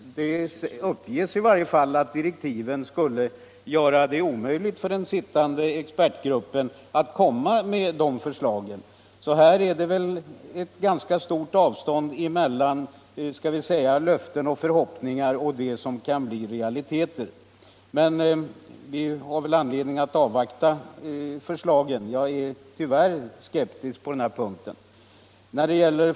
Det uppges i varje fall att direktiven skulle göra det omöjligt för den sittande expertgruppen att komma med sådana förslag. Så här är det nog ett ganska stort avstånd mellan å ena sidan löften och förhoppningar och å andra sidan det som skall bli realiteter. Vi har väl anledning att avvakta förslagen, men jag är tyvärr skeptisk på resultatet.